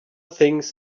things